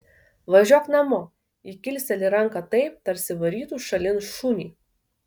važiuok namo ji kilsteli ranką taip tarsi varytų šalin šunį